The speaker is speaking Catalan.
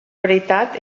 veritat